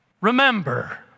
remember